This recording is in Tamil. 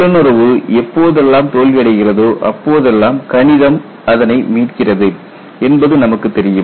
உள்ளுணர்வு எப்போதெல்லாம் தோல்வி அடைகிறதோ அப்போதெல்லாம் கணிதம் அதனை மீட்கிறது என்பது நமக்குத் தெரியும்